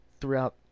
throughout